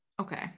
okay